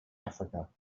africa